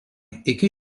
iki